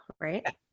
Right